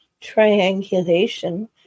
triangulation